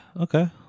okay